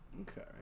Okay